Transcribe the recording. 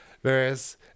whereas